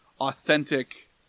authentic